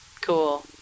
Cool